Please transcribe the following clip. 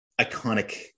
iconic